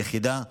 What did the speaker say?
יחידה 360,